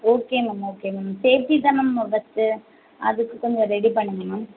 okay ma'am okay ma'am safety தான் ma'am first அதுக்கு கொஞ்சம் ரெடி பண்ணுங்க மேம்